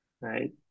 Right